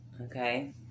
okay